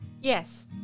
Yes